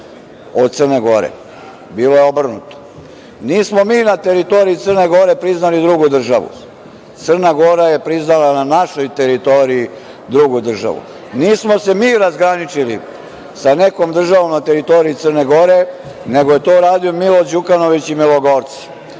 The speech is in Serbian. od Crne Gore, bilo je obrnuto. Nismo mi na teritoriji Crne Gore priznali drugu državu. Crna Gora je priznala na našoj teritoriji drugu državu. Nismo se mi razgraničili sa nekom državom na teritoriji Crne Gore, nego je to uradio Milo Đukanović i milogorci.